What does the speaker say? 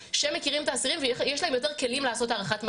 שמכירים את האסירים ויש להם יותר כלים לעשות הערכת מצב,